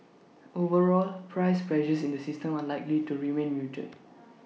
overall price pressures in the system are likely to remain muted